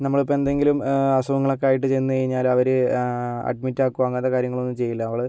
നമ്മളിപ്പം എന്തെങ്കിലും അസുഖങ്ങളൊക്കെയായിട്ട് ചെന്ന് കഴിഞ്ഞാല് അവര് അഡ്മിറ്റാക്കുകയോ അങ്ങനത്തെ കാര്യങ്ങളൊന്നും ചെയ്യില്ല അവള്